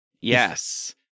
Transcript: yes